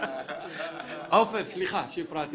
עפר, סליחה שהפרעתי לך.